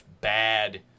bad